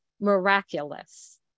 miraculous